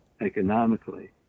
economically